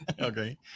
okay